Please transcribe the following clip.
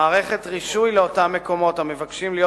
מערכת רישוי לאותם מקומות המבקשים להיות